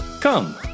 Come